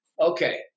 okay